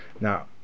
now